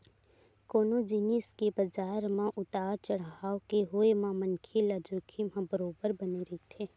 कोनो जिनिस के बजार म उतार चड़हाव के होय म मनखे ल जोखिम ह बरोबर बने रहिथे